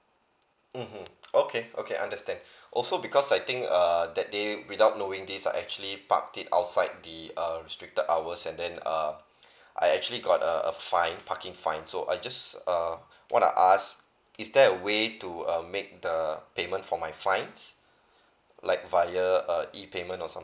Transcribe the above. mmhmm okay okay understand also because I think uh that day without knowing this I actually park it outside the err restricted hours and then uh I actually got a a fine parking fine so I just err wanna ask is there a way to uh make the payment for my fines like via uh E payment or something